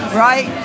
right